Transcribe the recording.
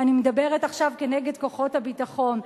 אני מדברת עכשיו כנגד כוחות הביטחון.